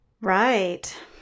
Right